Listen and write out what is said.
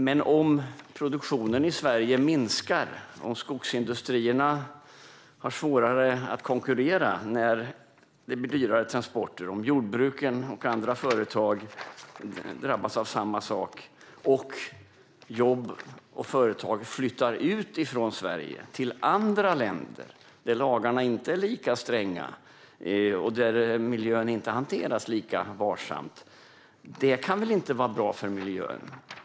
Men om produktionen i Sverige minskar, skogsindustrierna har svårare att konkurrera när transporterna blir dyrare, jordbruk och andra företag drabbas av samma sak och jobb och företag flyttar från Sverige till andra länder, där lagarna inte är lika stränga och miljön inte hanteras lika varsamt, kan det väl inte vara bra för miljön?